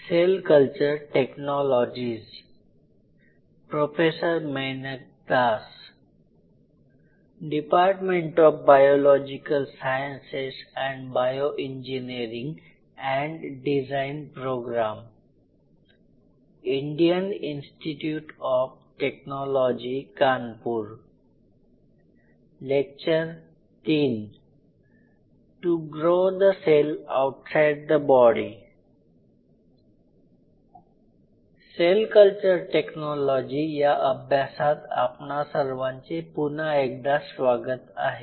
sale culture technology या अभ्यासात आपणा सर्वांचे पुन्हा एकदा स्वागत आहे